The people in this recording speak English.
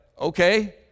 okay